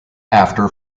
after